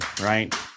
right